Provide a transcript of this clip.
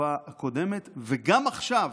בתקופה הקודמת, וגם עכשיו,